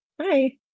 hi